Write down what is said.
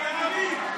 גנבים,